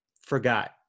forgot